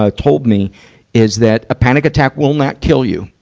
ah told me is that a panic attack will not kill you.